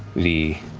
the